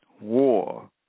war